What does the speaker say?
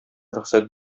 рөхсәт